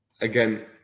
again